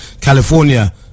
California